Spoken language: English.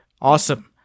Awesome